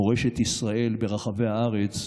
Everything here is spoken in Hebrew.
מורשת ישראל ברחבי הארץ,